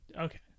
Okay